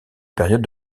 période